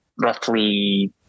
roughly